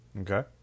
Okay